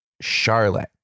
Charlotte